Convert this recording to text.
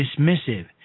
dismissive